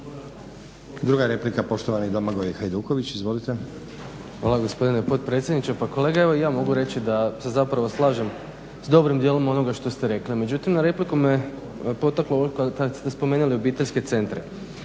Druga replika, poštovani Domagoj Hajduković, izvolite.